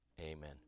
Amen